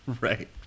Right